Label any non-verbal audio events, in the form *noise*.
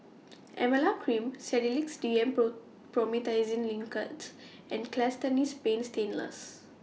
Emla Cream Sedilix D M *unintelligible* Promethazine Linctus and Castellani's Paint Stainless